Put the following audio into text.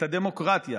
את הדמוקרטיה,